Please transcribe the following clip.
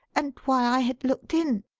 and why i had looked in.